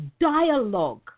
dialogue